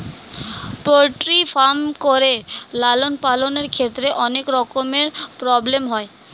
poultry farm করে লালন পালনের ক্ষেত্রে অনেক রকমের প্রব্লেম হয়